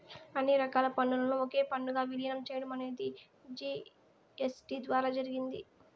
అన్ని రకాల పన్నులను ఒకే పన్నుగా విలీనం చేయడం అనేది జీ.ఎస్.టీ ద్వారా జరిగింది